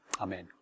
Amen